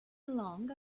along